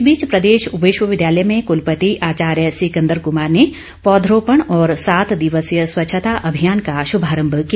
इस बीच प्रदेश विश्वविद्यालय में कुलपति आचार्य सिकंदर कुमार ने पौधरोपण और सात दिवसीय स्वच्छता अभियान का शुभारंभ किया